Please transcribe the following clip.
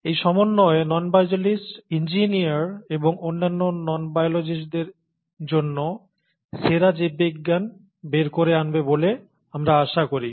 এই সমন্বয় non biologist engineer এবং অন্যান্য নন বায়োলজিস্টদের জন্য সেরা জীববিজ্ঞান বের করে আনবে বলে আমরা আশা করি